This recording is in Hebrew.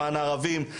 למען הערבים,